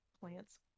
plants